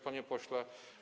Panie Pośle!